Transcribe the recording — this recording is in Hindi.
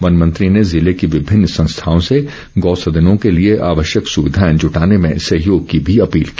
वन मंत्री ने ज़िले की विभिन्न संस्थाओं से गौसदनों के लिए आवश्यक सुविधाएं जुटाने में सहयोग की भी अपील की